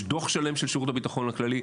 יש דוח שלם של שירות הביטחון הכללי.